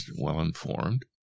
well-informed